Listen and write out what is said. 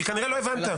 כי כנראה לא הבנת.